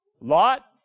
Lot